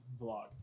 vlog